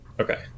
Okay